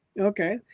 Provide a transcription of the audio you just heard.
Okay